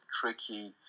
tricky